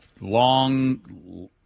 Long